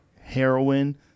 heroin